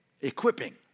equipping